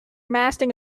master